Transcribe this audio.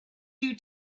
you